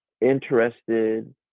interested